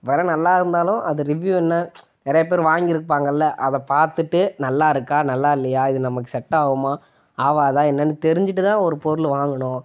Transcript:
விலை நல்லா இருந்தாலும் அது ரிவ்யூவ் என்ன நிறையா பேர் வாங்கியிருப்பாங்கல்ல அதை பார்த்துட்டு நல்லாயிருக்கா நல்லா இல்லையா இது நமக்கு செட் ஆகுமா ஆகாதா என்னென்னு தெரிஞ்சுட்டு தான் ஒரு பொருள் வாங்கணும்